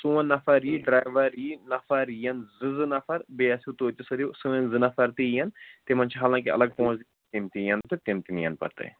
سون نَفر یِیہِ ڈرٛایوَر یِیہِ نَفَر یِن زٕ زٕ نَفَر بیٚیہِ آسوٕ تُہۍ تہِ سٲدِو سٲنۍ زٕ نَفَر تہِ یِن تِمَن چھِ حالانٛکہِ الگ پۅنٛسہٕ تِم تہِ یِن تہٕ تِم تہِ نِیَن پَتہٕ تۄہہِ